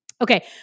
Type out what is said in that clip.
Okay